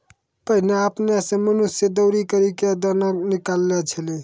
पहिने आपने सें मनुष्य दौरी करि क दाना निकालै छलै